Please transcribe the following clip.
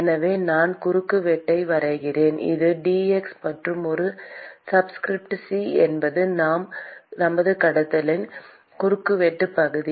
எனவே நான் குறுக்குவெட்டை வரைகிறேன் இது dx மற்றும் ஒரு சப்ஸ்கிரிப்ட் c என்பது நமது கடத்தலின் குறுக்குவெட்டு பகுதி